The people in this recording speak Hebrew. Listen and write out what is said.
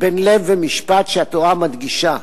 בין לב למשפט שהתורה מדגישה?